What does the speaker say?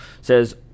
says